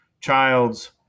child's